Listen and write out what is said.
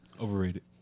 Overrated